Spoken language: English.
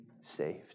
saved